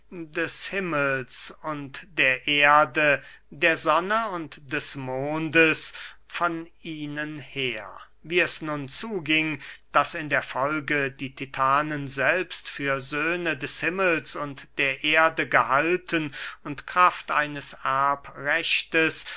des himmels und der erde der sonne und des mondes von ihnen her wie es nun zuging daß in der folge die titanen selbst für söhne des himmels und der erde gehalten und kraft eines erbrechtes